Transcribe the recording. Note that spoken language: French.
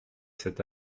cet